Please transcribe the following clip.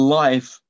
life